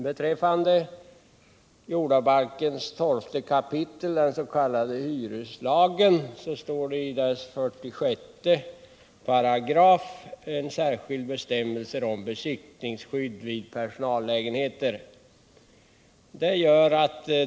I 12 kap. jordabalken, den s.k. hyreslagen, finns i 46 § särskilda bestämmelser om besittningsskydd vid hyra av personallägenheter.